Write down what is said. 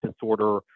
disorder